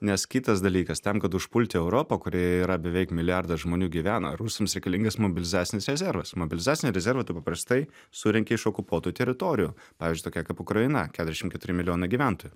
nes kitas dalykas tam kad užpulti europą kurioje yra beveik milijardas žmonių gyvena rusams reikalingas mobilizacinis rezervas mobilizacinį rezervą tu paprastai surenki iš okupuotų teritorijų pavyzdžiui tokia kaip ukraina keturiasdešim keturi milijonai gyventojų